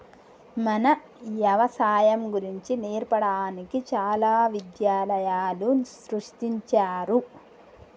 మన యవసాయం గురించి నేర్పడానికి చాలా విద్యాలయాలు సృష్టించారు